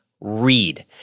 READ